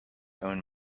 own